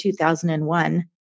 2001